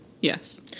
Yes